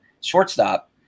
shortstop